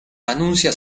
anuncia